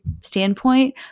standpoint